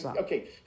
okay